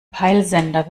peilsender